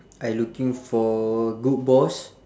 I looking for good boss